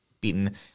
beaten